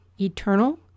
eternal